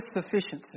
sufficiency